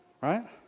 Right